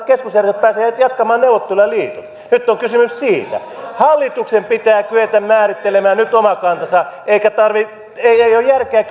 keskusjärjestöt pääsevät jatkamaan neuvotteluja liitoissa nyt on kysymys siitä hallituksen pitää kyetä määrittelemään nyt oma kantansa ei ei ole järkeä